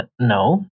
No